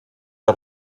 der